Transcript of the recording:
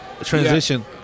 transition